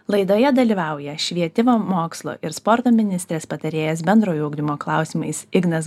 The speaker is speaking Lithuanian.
laidoje dalyvauja švietimo mokslo ir sporto ministrės patarėjas bendrojo ugdymo klausimais ignas